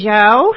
Joe